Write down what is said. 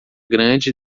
grande